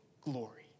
glory